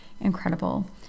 incredible